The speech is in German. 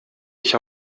ich